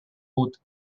put